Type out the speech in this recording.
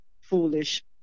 foolish